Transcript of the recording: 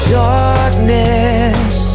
darkness